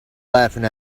laughing